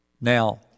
Now